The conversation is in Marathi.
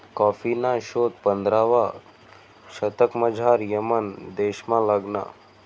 कॉफीना शोध पंधरावा शतकमझाऱ यमन देशमा लागना